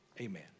Amen